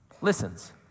listens